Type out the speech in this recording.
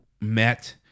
met